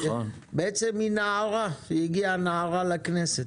בעצם הגיעה נערה לכנסת.